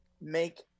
make